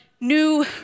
new